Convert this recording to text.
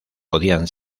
podían